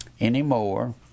anymore